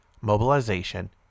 mobilization